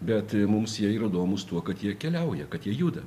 bet mums jie yra įdomūs tuo kad jie keliauja kad jie juda